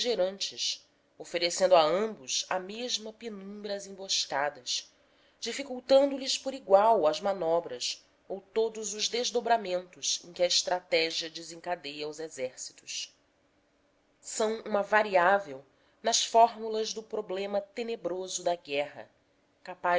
beligerantes oferecendo a ambos a mesma penumbra às emboscadas dificultando lhes por igual as manobras ou todos os desdobramentos em que a estratégia desencadeia os exércitos são uma variável nas fórmulas do problema tenebroso da guerra capaz